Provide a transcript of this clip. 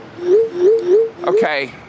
Okay